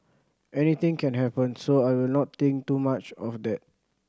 anything can happen so I will not think too much of that